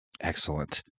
Excellent